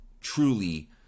truly